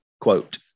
Quote